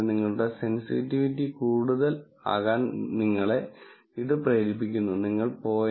നിങ്ങളുടെ സെന്സിറ്റിവിറ്റി കൂടുതൽ കൂടുതൽ ആകാൻ നിങ്ങൾ പ്രേരിപ്പിക്കുന്നു നിങ്ങൾ 0